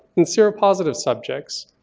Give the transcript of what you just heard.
in seropositive subjects,